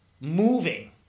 moving